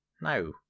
No